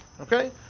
Okay